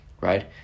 Right